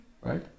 right